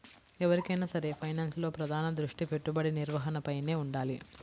ఎవరికైనా సరే ఫైనాన్స్లో ప్రధాన దృష్టి పెట్టుబడి నిర్వహణపైనే వుండాలి